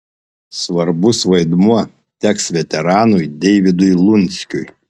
svarbus vaidmuo teks veteranui deivydui lunskiui